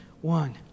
One